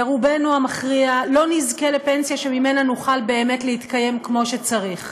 ורובנו המכריע לא נזכה לפנסיה שממנה נוכל באמת להתקיים כמו שצריך.